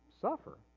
suffer